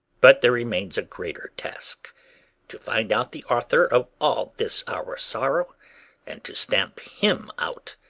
but there remains a greater task to find out the author of all this our sorrow and to stamp him out.